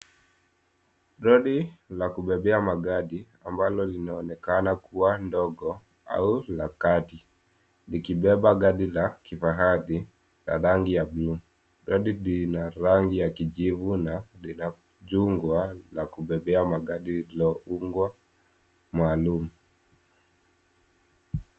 Roli la kubebea magari ambalo linaonekana kuwa ndogo au la kati likibeba gari la kifahari la rangi ya buluu. Lori lina rangi ya kijivu na lina jungwa la kubebea magari liliundwa maalum